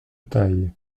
taille